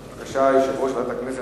ראשונה.